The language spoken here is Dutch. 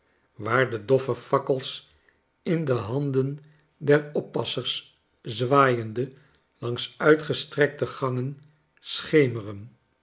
waar de doffe fakkels in de handen der oppassers zwaaiende langs uitgestrekte gangen schemeren